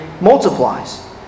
multiplies